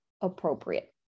appropriate